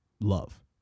love